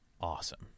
awesome